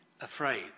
afraid